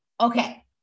Okay